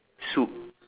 soup